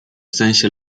sensie